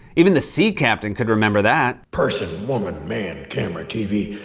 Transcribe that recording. even the sea captain could remember that. person, woman, man, camera, tv.